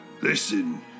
Listen